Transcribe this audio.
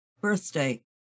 birthday